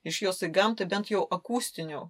iš jos į gamtą bent jau akustiniu